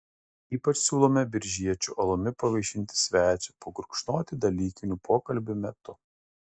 ypač siūlome biržiečių alumi pavaišinti svečią pagurkšnoti dalykinių pokalbių metu